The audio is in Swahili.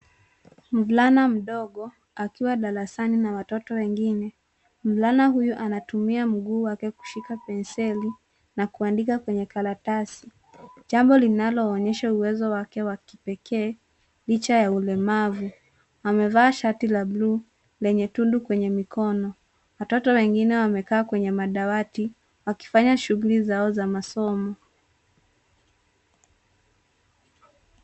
Mvulana mdogo, akiwa darasani na watoto wengine. Mvulana huyo anatumia mguu wake kushika penseli, na kuandika kwenye karatasi. Jambo linaloonyesha uwezo wake wa kipekee, licha ya ulemavu. Amevaa shati la bluu lenye tundu kwenye mikono. Watoto wengine wamekaa kwenye madawati, wakifanya shughuli zao za masomo.